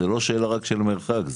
זאת לא רק שאלה של מרחק,